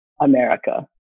America